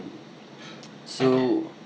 so